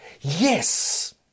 yes